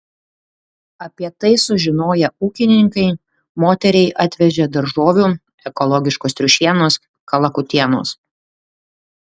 apie tai sužinoję ūkininkai moteriai atvežė daržovių ekologiškos triušienos kalakutienos